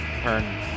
Turn